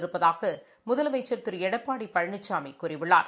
இருப்பதாகமுதலமைச்சா் திருஎடப்பாடிபழனிசாமிகூறியுள்ளார்